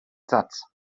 satz